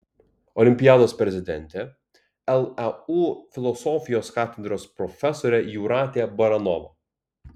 olimpiados prezidentė leu filosofijos katedros profesorė jūratė baranova